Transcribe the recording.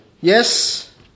Yes